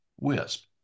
Wisp